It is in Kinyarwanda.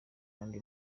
kandi